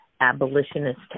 abolitionist